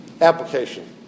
Application